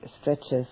stretches